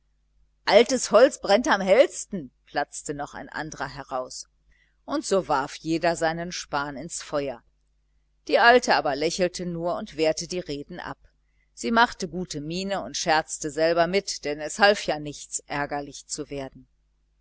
altes holz brennt am hellsten platzte noch ein andrer heraus und so warf jeder seinen span ins feuer die alte aber lächelte nur und wehrte die reden ab sie machte gute miene und scherzte selber mit denn es half ja nichts ärgerlich zu werden